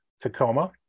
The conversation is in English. Tacoma